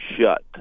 shut